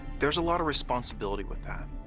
there's a lot of responsibility with that.